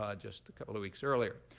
ah just a couple of weeks earlier.